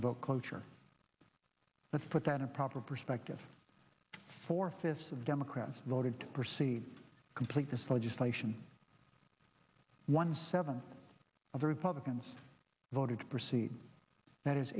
invoke cloture let's put that in proper perspective four fifths of democrats voted to proceed complete this legislation one seventh of the republicans voted to proceed that is